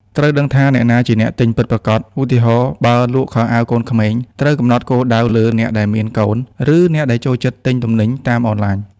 ត្រូវដឹងថាអ្នកណាជាអ្នកទិញពិតប្រាកដ ឧទាហរណ៍៖ បើលក់ខោអាវកូនក្មេង ត្រូវកំណត់គោលដៅលើ "អ្នកដែលមានកូន" ឬ "អ្នកដែលចូលចិត្តទិញទំនិញតាមអនឡាញ"។